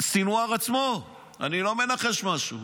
סנוואר עצמו, אני לא מנחש משהו.